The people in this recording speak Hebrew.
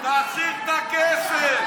תחזיר את הכסף.